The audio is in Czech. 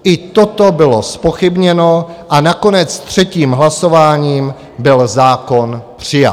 I toto bylo zpochybněno a nakonec třetím hlasováním byl zákon přijat.